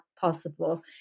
possible